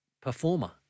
performer